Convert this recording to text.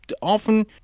often